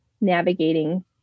navigating